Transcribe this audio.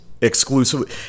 exclusively